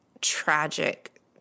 tragic